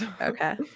okay